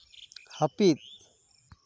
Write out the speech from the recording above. ᱦᱟᱹᱯᱤᱫ